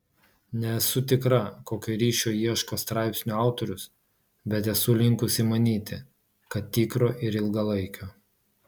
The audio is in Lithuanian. nesu tikra kokio ryšio ieško straipsnio autorius bet esu linkusi manyti kad tikro ir ilgalaikio